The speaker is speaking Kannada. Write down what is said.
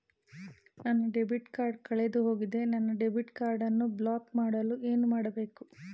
ನನ್ನ ಡೆಬಿಟ್ ಕಾರ್ಡ್ ಕಳೆದುಹೋಗಿದೆ ನನ್ನ ಡೆಬಿಟ್ ಕಾರ್ಡ್ ಅನ್ನು ಬ್ಲಾಕ್ ಮಾಡಲು ಏನು ಮಾಡಬೇಕು?